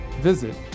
visit